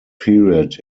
period